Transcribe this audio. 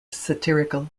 satirical